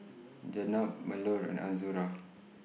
Jenab Melur and Azura